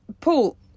Paul